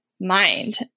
Mind